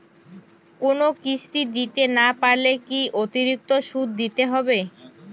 কোনো কিস্তি দিতে না পারলে কি অতিরিক্ত সুদ দিতে হবে?